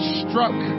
struck